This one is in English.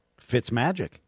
Fitzmagic